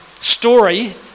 story